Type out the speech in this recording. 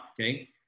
okay